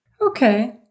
okay